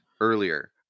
earlier